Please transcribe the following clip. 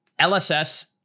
LSS